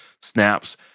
snaps